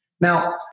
Now